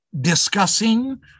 discussing